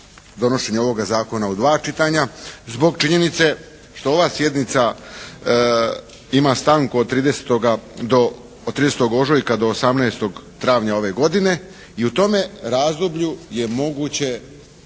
donošenje ovoga zakona u dva čitanja zbog činjenice što ova sjednica ima stanku od 30. ožujka do 18. travnja ove godine i u tome razdoblju je moguće